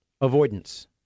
avoidance